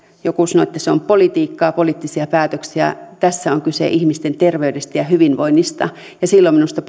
joku sanoi että se on politiikkaa poliittisia päätöksiä tässä on kyse ihmisten terveydestä ja hyvinvoinnista ja silloin minusta